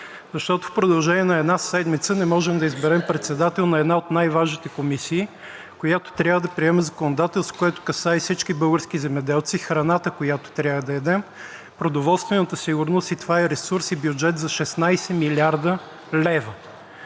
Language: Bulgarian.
защото в продължение на една седмица не можем да изберем председател на една от най-важните комисии, която трябва да приема законодателство, което касае всички български земеделци, храната, която трябва да ядем, продоволствената сигурност, а това е ресурс и бюджет за 16 млрд. лв.